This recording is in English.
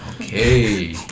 Okay